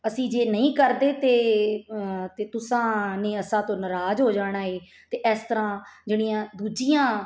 ਅਸੀਂ ਜੇ ਨਹੀਂ ਕਰਦੇ ਅਤੇ ਅਤੇ ਤੁਸਾਂ ਨੇ ਅਸਾਂ ਤੋਂ ਨਰਾਜ਼ ਹੋ ਜਾਣਾ ਹੈ ਅਤੇ ਇਸ ਤਰ੍ਹਾਂ ਜਿਹੜੀਆਂ ਦੂਜੀਆਂ